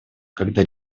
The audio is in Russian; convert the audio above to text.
когда